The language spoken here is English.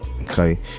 okay